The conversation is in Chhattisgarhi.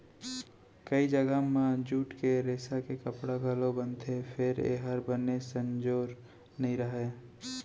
कइ जघा म जूट के रेसा के कपड़ा घलौ बनथे फेर ए हर बने संजोर नइ रहय